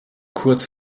kurz